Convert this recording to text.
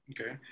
Okay